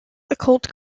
occult